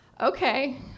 okay